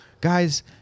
guys